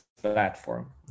platform